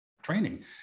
training